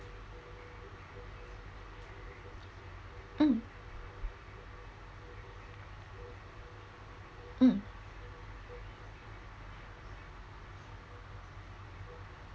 mm mm